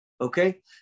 okay